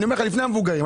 לפני המבוגרים.